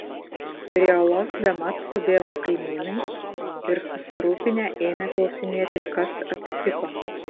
prie olos bemat subėgo kaimynai ir susirūpinę ėmė klausinėti kas atsitiko